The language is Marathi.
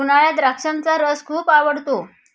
उन्हाळ्यात द्राक्षाचा रस खूप आवडतो